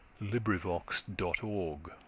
LibriVox.org